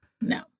No